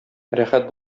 рәхәт